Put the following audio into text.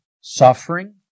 Suffering